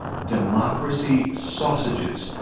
democracy sausages.